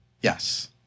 Yes